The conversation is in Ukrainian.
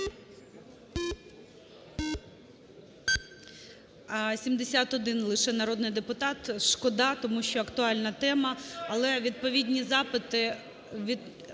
71 лише народний депутат. Шкода, тому що актуальна тема. Але відповідні запити…